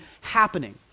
happening